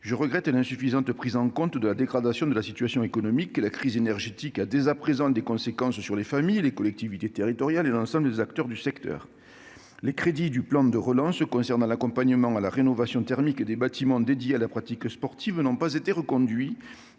Je regrette l'insuffisante prise en compte de la dégradation de la situation économique. La crise énergétique a dès à présent des conséquences sur les familles, les collectivités territoriales et l'ensemble des acteurs du secteur. Les crédits du plan de relance concernant l'accompagnement à la rénovation thermique des bâtiments dédiés à la pratique sportive n'ont pas été reconduits,